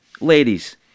Ladies